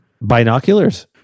Binoculars